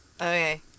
okay